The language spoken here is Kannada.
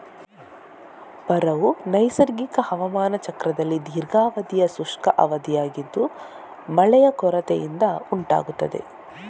ಬರವು ನೈಸರ್ಗಿಕ ಹವಾಮಾನ ಚಕ್ರದಲ್ಲಿ ದೀರ್ಘಾವಧಿಯ ಶುಷ್ಕ ಅವಧಿಯಾಗಿದ್ದು ಮಳೆಯ ಕೊರತೆಯಿಂದ ಉಂಟಾಗ್ತದೆ